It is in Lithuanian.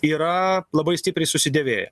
yra labai stipriai susidėvėję